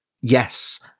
Yes